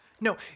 no